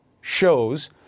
shows